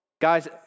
Guys